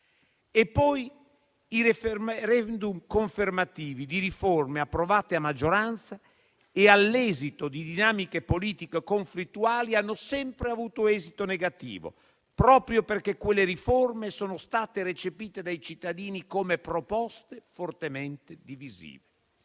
i *referendum* confermativi di riforme approvate a maggioranza e all'esito di dinamiche politiche conflittuali hanno sempre avuto esito negativo, proprio perché quelle riforme sono state recepite dai cittadini come proposte fortemente divisive.